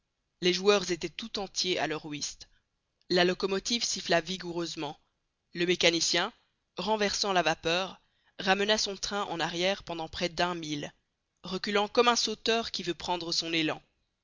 les joueurs étaient tout entiers à leur whist la locomotive siffla vigoureusement le mécanicien renversant la vapeur ramena son train en arrière pendant près d'un mille reculant comme un sauteur qui veut prendre son élan